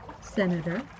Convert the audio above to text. Senator